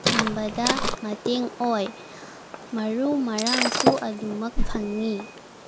ꯊꯝꯕꯗ ꯃꯇꯦꯡ ꯑꯣꯏ ꯃꯔꯨ ꯃꯔꯥꯡꯁꯨ ꯑꯗꯨꯃꯛ ꯐꯪꯉꯤ